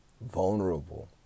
vulnerable